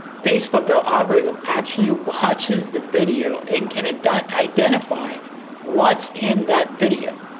facebook, their algorithm actually watches the video and can and identify what's in that video,